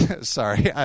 Sorry